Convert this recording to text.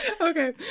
Okay